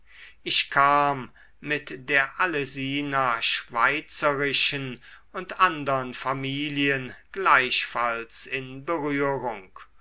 ich kam mit der allesina schweitzerischen und andern familien gleichfalls in berührung